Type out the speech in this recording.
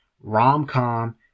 rom-com